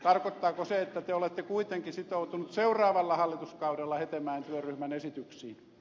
tarkoittaako se että te olette kuitenkin sitoutunut seuraavalla hallituskaudella hetemäen työryhmän esityksiin